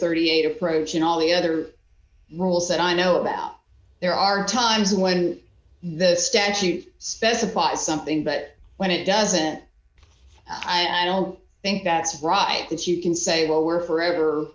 thirty eight approach and all the other rules that i know about there are times when the statute specifies something but when it doesn't i don't think that's right that you can say well we're forever